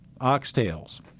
oxtails